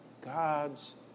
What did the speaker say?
God's